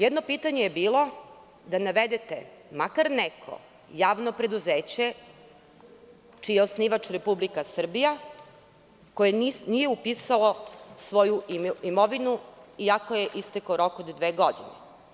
Jedno pitanje je bilo da navedete makar neko javno preduzeće čiji je osnivač Republika Srbija koje nije upisalo svoju imovinu iako je istekao rok od dve godine.